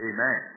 Amen